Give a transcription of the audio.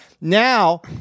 now